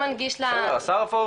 אני לא תוקפת